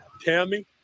Tammy